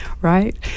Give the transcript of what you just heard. Right